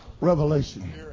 revelation